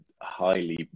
highly